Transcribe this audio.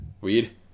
weed